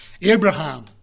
Abraham